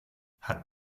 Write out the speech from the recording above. hat